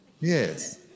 Yes